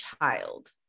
child